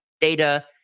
data